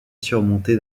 surmonté